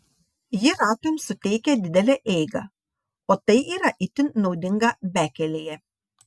ji ratams suteikia didelę eigą o tai yra itin naudinga bekelėje